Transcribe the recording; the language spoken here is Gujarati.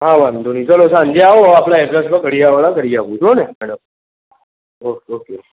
હા વાંધો નહીં તો ચલો સાંજે આવો આપણે ફળીયાવાળા કરી આપીશ હોં ને ઓકે ઓકે